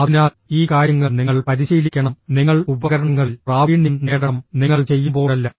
അതിനാൽ ഈ കാര്യങ്ങൾ നിങ്ങൾ പരിശീലിക്കണം നിങ്ങൾ ഉപകരണങ്ങളിൽ പ്രാവീണ്യം നേടണം നിങ്ങൾ ചെയ്യുമ്പോഴല്ല